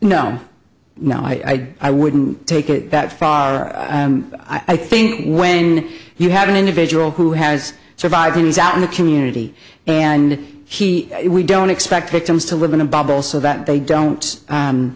know now i i wouldn't take it that far and i think when you have an individual who has survived and is out in the community and he we don't expect victims to live in a bubble so that they don't